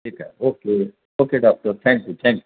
ठीक आहे okay okay doctor thank you thank